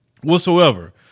whatsoever